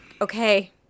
Okay